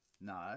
No